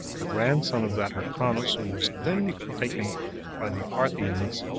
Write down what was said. the grandson of that hyrcanus who was then taken by the parthians,